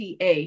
TA